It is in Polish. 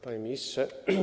Panie Ministrze!